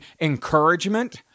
encouragement